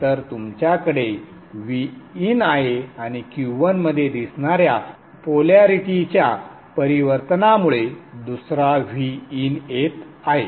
तर तुमच्याकडे Vin आहे आणि Q1 मध्ये दिसणार्या पोलॅरिटीच्या परिवर्तनामुळे दुसरा Vin येत आहे